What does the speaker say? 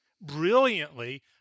brilliantly